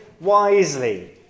wisely